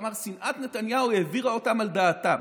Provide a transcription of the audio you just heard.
הוא אמר: שנאת נתניהו העבירה אותם על דעתם.